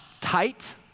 tight